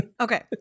okay